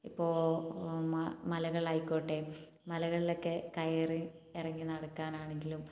ഇപ്പോൾ മലകൾ ആയിക്കോട്ടെ മലകളിലൊക്കെ കയറി ഇറങ്ങി നടക്കാനാണെങ്കിലും